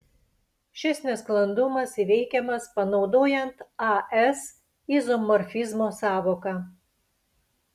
šis nesklandumas įveikiamas panaudojant as izomorfizmo sąvoką